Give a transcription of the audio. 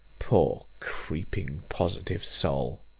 poor, creeping, positive soul,